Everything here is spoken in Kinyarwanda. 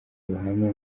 ruhame